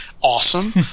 awesome